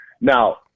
Now